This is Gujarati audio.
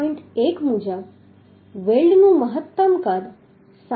1 મુજબ વેલ્ડનું મહત્તમ કદ 7